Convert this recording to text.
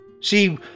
See